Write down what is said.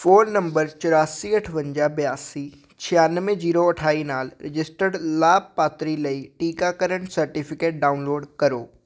phone number ਚੁਰਾਸੀ ਅਠਵੰਜਾ ਬਿਆਸੀ ਛਿਆਨਵੇਂ ਜੀਰੋ ਅਠਾਈ ਨਾਲ ਰਜਿਸਟਰਡ ਲਾਭਪਾਤਰੀ ਲਈ ਟੀਕਾਕਰਨ ਸਰਟੀਫਿਕੇਟ ਡਾਊਨਲੋਡ ਕਰੋ